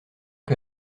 que